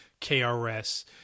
KRS